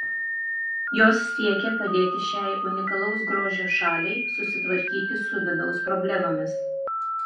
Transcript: jos siekia padėti šiai unikalaus grožio šaliai susitvarkyti su vidaus problemomis